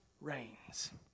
reigns